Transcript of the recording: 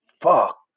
Fuck